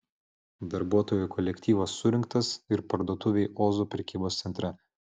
darbuotojų kolektyvas surinktas ir parduotuvei ozo prekybos centre